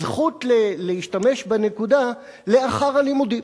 הזכות להשתמש בנקודה לאחר הלימודים.